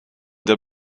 der